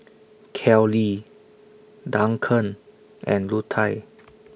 Kellee Duncan and Lutie